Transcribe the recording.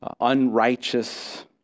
Unrighteous